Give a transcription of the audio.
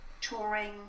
touring